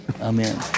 Amen